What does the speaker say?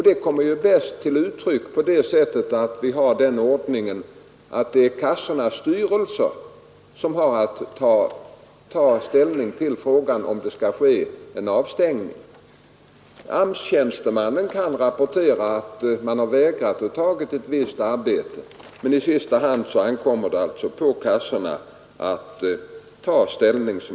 Detta kommer ju bäst till uttryck genom att vi har den ordningen att kassornas styrelser har att ta ställning till frågan om det skall ske en avstängning. AMS-tjänstemannen kan rapportera att vederbörande vägrat att ta ett anvisat arbete, men i sista hand ankommer det alltså på kassorna att ta ställning.